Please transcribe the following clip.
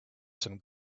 some